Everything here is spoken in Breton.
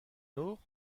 nor